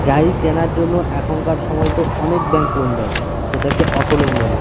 গাড়ি কেনার জন্য এখনকার সময়তো অনেক ব্যাঙ্ক লোন দেয়, সেটাকে অটো লোন বলে